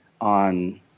on